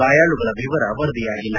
ಗಾಯಾಳುಗಳ ವಿವರ ವರದಿಯಾಗಿಲ್ಲ